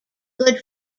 good